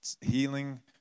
healing